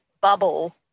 bubble